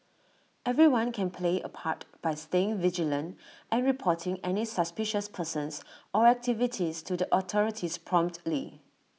everyone can play A part by staying vigilant and reporting any suspicious persons or activities to the authorities promptly